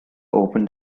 opened